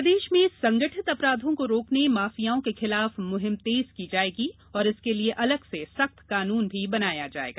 CM बैठक प्रदेश में संगठित अपराधों को रोकने माफियाओं के खिलाफ मुहिम तेज की जायेगी और इसके लिये अलग से सख्त कानुन भी बनाया जायेगा